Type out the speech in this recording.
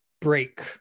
break